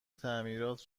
تعمیرات